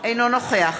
אינו נוכח